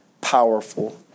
powerful